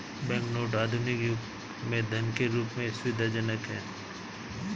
bank note आधुनिक युग में धन के रूप में सुविधाजनक हैं